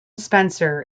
spencer